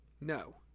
No